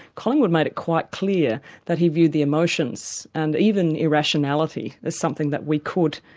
collingwood made it quite clear that he viewed the emotions and even irrationality, as something that we could,